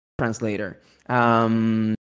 translator